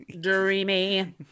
Dreamy